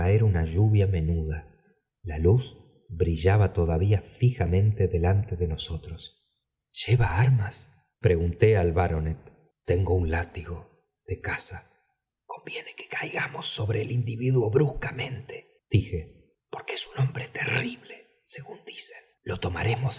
una lluvia menuda la luz brillaba todavía fijamente delante de nosotros i lleva armas pregunté al baronet tengo un látigo de caza conviene que caigamos sobre el individuo bruscamente di jo porque es un hombre terrible según dicen lo tomaremos